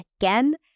again